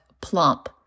plump